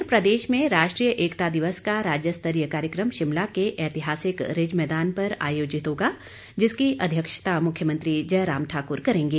इधर प्रदेश में राष्ट्रीय एकता दिवस का राज्य स्तरीय कार्यक्रम शिमला के ऐतिहासिक रिज मैदान पर आयोजित होगा जिसकी अध्यक्षता मुख्यमंत्री जयराम ठाक्र करेंगे